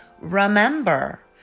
Remember